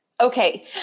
Okay